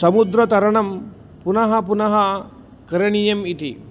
समुद्रतरणं पुनः पुनः करणीयम् इति